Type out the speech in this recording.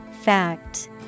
Fact